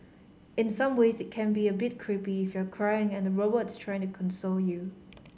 in some ways it can be a bit creepy if you're crying and the robot is trying to console you